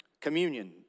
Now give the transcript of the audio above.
Communion